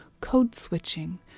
code-switching